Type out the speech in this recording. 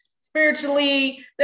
spiritually